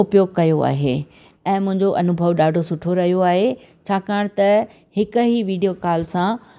उपयोग कयो आहे ऐं मुंहिंजो अनुभव ॾाढो सुठो रहियो आहे छाकाणि त हिकु ई वीडियो काल सां